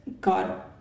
God